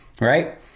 right